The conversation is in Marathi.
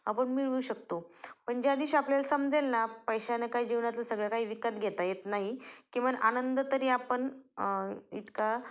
आपण मिळवू शकतो पण ज्या दिवशी आपल्याला समजेल ना पैशानं काही जीवनातलं सगळं काही विकत घेता येत नाही किमान आनंद तरी आपण इतका